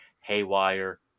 Haywire